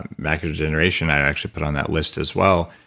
and macular degeneration i actually put on that list as well.